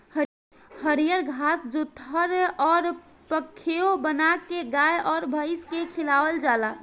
हरिअर घास जुठहर अउर पखेव बाना के गाय अउर भइस के खियावल जाला